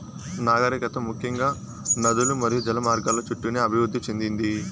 నాగరికత ముఖ్యంగా నదులు మరియు జల మార్గాల చుట్టూనే అభివృద్ది చెందింది